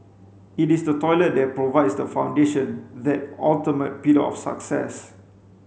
it is the toilet that provides the foundation that ultimate pillar of success